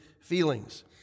feelings